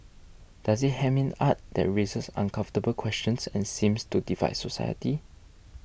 does it hem in art that raises uncomfortable questions and seems to divide society